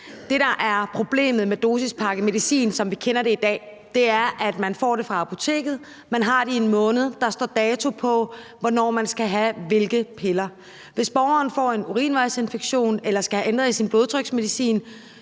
problemet med dosispakket medicin, som vi kender det i dag, er, at man får det fra apoteket. Man har det i en måned, og der står dato på, der angiver, hvornår man skal have hvilke piller. Hvis borgeren får en urinvejsinfektion eller skal have ændret i sin blodtryksmedicin,